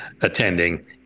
attending